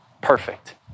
perfect